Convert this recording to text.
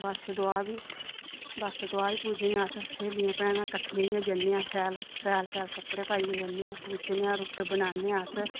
बच्छ दुआ बी बच्छ दुआ बी पूजने अस स्हेलियां भैनां कट्ठियां होइये जन्नियां शैल शैल शैल कपडे़ पाइये जन्ने आं पूजने आं रुट्ट बनाने अस